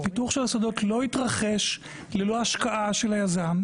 פיתוח של השדות לא יתרחש ללא השקעה של היזם,